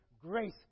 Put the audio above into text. grace